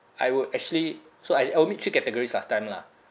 I would actually so I I'll meet three category last time lah